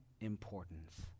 importance